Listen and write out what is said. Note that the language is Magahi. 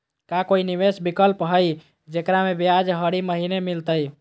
का कोई निवेस विकल्प हई, जेकरा में ब्याज हरी महीने मिलतई?